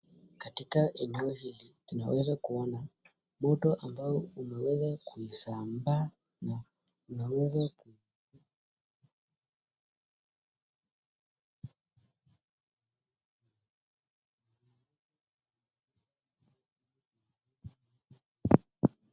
Katika eneo hili tunaweza kuona moto ambayo umesambaa na imeweza......